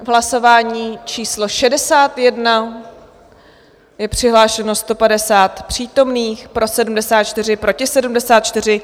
Hlasování číslo 61, je přihlášeno 150 přítomných, pro 74, proti 74.